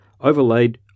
overlaid